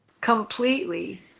completely